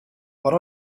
what